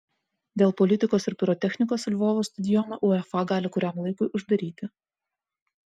dėl politikos ir pirotechnikos lvovo stadioną uefa gali kuriam laikui uždaryti